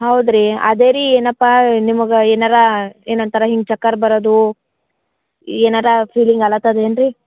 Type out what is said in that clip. ಹೌದು ರೀ ಅದೇರಿ ಏನಪ್ಪಾ ನಿಮಗ ಏನಾರಾ ಏನು ಅಂತಾರ ಹಿಂಗೆ ಚಕ್ಕರ್ ಬರೋದು ಏನಾರ ಫೀಲಿಂಗ್ ಅಲತ್ತದೇನು ರೀ